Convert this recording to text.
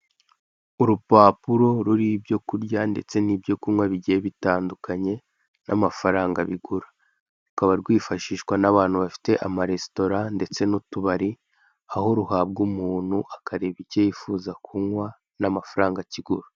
Urupapuro ruriho ibyo kurya ndetse n'ibyo kunywa bigiye bitandukanye n'amafaranga bigura, rukaba rwifashishwa n'abantu bafite amaresitora ndetse n'utubari, aho ruhabwa umuntu akareba icyo yifuza kunywa n'amafaranga kigura.